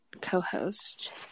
co-host